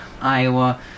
Iowa